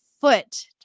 foot